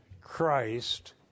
Christ